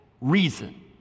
reason